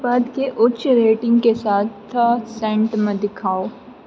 उत्पादकेंँ उच्च रेटिंगके साथ सेंट मे देखाउ